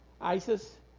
ISIS